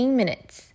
minutes